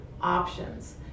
options